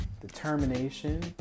determination